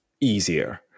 easier